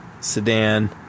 sedan